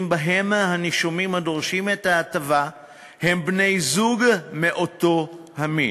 שבהם הנישומים הדורשים את ההטבה הם בני-זוג מאותו המין.